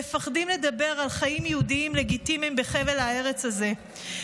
מפחדים לדבר על חיים יהודיים לגיטימיים בחבל הארץ הזה.